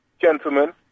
gentlemen